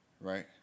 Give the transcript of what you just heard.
Right